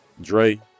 dre